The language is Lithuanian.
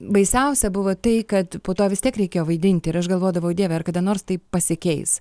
baisiausia buvo tai kad po to vis tiek reikėjo vaidinti ir aš galvodavau dieve ar kada nors taip pasikeis